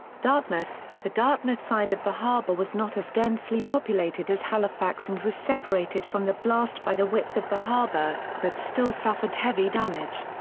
dartmouth the dartmouth side of the harbour was not as densely populated as halifax and was separated from the blast by the width of the harbour, but still suffered heavy damage.